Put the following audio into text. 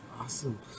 Awesome